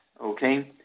okay